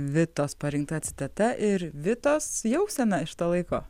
vitos parinkta citata ir vitos jausena iš to laiko